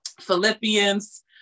Philippians